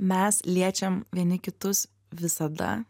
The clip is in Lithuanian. mes liečiam vieni kitus visada